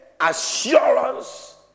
assurance